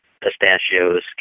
pistachios